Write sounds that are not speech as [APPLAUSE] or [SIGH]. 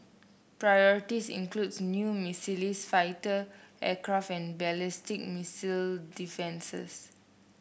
priorities includes new [UNINTELLIGIBLE] fighter aircraft and ballistic missile defences